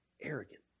Arrogant